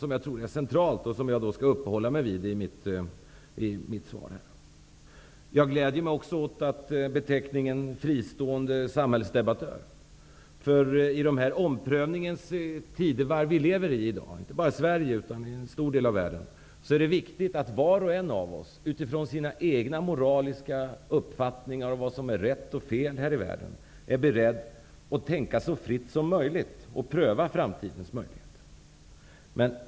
Jag tror att det är centralt, och jag skall uppehålla mig vid det i mitt anförande. Jag gläder mig också åt beteckningen fristående samhällsdebattör. I de omprövningens tidevarv som vi i dag lever i, inte bara i Sverige utan i en stor del av världen, är det viktigt att var och en av oss, utifrån sina egna moraliska uppfattningar om vad som är rätt och fel här i världen, är beredd att tänka så fritt som möjligt och pröva framtidens möjligheter.